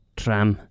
tram